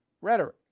rhetoric